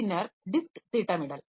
பின்னர் டிஸ்க் திட்டமிடல்